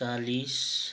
चालिस